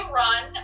run